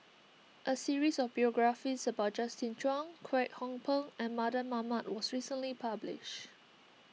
a series of biographies about Justin Zhuang Kwek Hong Png and Mardan Mamat was recently published